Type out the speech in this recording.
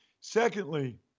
Secondly